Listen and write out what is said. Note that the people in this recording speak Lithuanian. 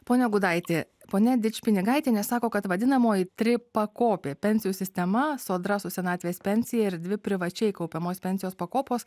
ponia gudaiti ponia dičpinigaitienė sako kad vadinamoji tripakopė pensijų sistema sodra su senatvės pensija ir dvi privačiai kaupiamos pensijos pakopos